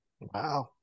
Wow